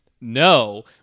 no